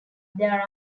there